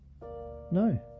no